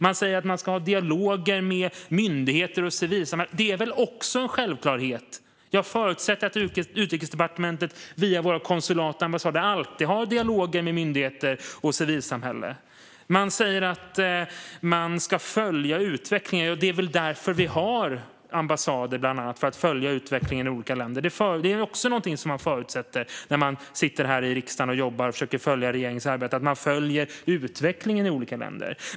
Man säger att man ska ha dialoger med myndigheter och civilsamhälle. Det är väl också en självklarhet! Jag förutsätter att Utrikesdepartementet via våra konsulat och ambassader alltid har dialoger med myndigheter och civilsamhälle. Man säger att man ska följa utvecklingen. Det är väl bland annat därför man har ambassader - för att följa utvecklingen i olika länder. Det är också någonting som vi förutsätter när vi sitter här i riksdagen och jobbar och försöker följa regeringens arbete. Vi förutsätter att man följer utvecklingen i olika länder.